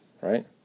right